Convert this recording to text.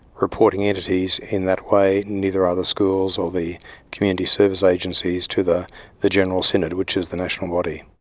reporting entities in that way, neither are the schools or the community service agencies to the the general synod, which is the national body.